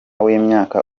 w’imyaka